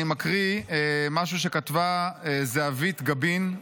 אני מקריא משהו שכתבה זהבית גבין,